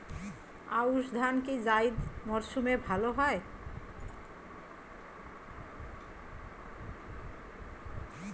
আউশ ধান কি জায়িদ মরসুমে ভালো হয়?